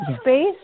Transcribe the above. space